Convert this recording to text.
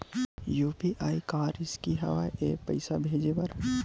UPI का रिसकी हंव ए पईसा भेजे बर?